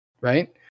right